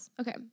Okay